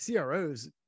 CROs